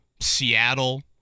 Seattle